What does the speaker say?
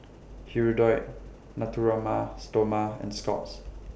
Hirudoid Natura Ma Stoma and Scott's